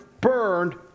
burned